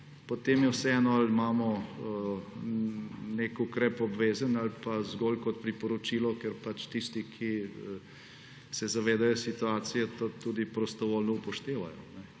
potem je vseeno, ali imamo nek ukrep obvezen ali pa zgolj kot priporočilo, ker pač tisti, ki se zavedajo situacije, to tudi prostovoljno upoštevajo.